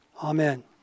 Amen